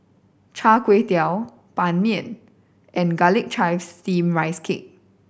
Chai Tow Kuay Ban Mian and Garlic Chives Steamed Rice Cake